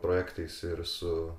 projektais ir su